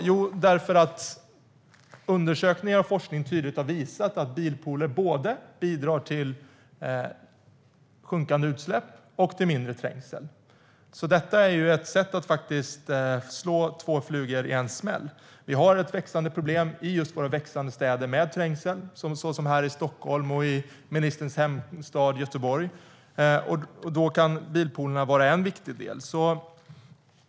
Jo, därför att undersökningar och forskning tydligt har visat att bilpooler bidrar både till sjunkande utsläpp och till mindre trängsel. Detta är ett sätt att slå två flugor i en smäll. Vi har ett växande problem i våra växande städer med trängsel, såsom här i Stockholm och i ministerns hemstad Göteborg. Då kan bilpoolerna vara en viktig del. Herr talman!